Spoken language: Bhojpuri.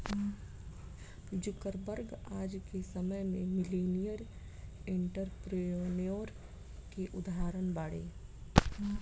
जुकरबर्ग आज के समय में मिलेनियर एंटरप्रेन्योर के उदाहरण बाड़े